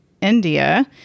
India